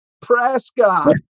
Prescott